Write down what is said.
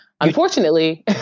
Unfortunately